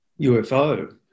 UFO